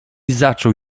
zaczął